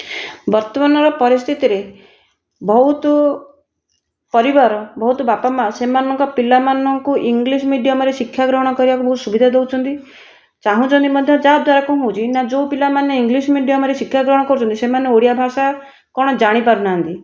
ବର୍ତ୍ତମାନ ପରିସ୍ଥିତିରେ ବହୁତ ପରିବାର ବହୁତ ବାପମାଆ ସେମାନଙ୍କ ପିଲାମାନଙ୍କୁ ଇଂଲିଶ ମିଡ଼ିଅମରେ ଶିକ୍ଷା ଗ୍ରହଣ କରିବାକୁ ବହୁତ ସୁବିଧା ଦେଉଛନ୍ତି ଚାହୁଁଛନ୍ତି ମଧ୍ୟ ଯାହା ଦ୍ୱାରା କ'ଣ ହେଉଛି ନା ଯେଉଁ ପିଲାମାନେ ଇଂଲିଶ ମିଡ଼ିଅମରେ ଶିକ୍ଷା ଗ୍ରହଣ କରୁଛନ୍ତି ସେମାନେ ଓଡ଼ିଆ ଭାଷା କ'ଣ ଜାଣିପାରୁନାହାନ୍ତି